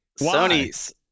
Sony's